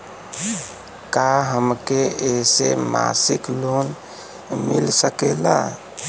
का हमके ऐसे मासिक लोन मिल सकेला?